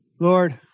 Lord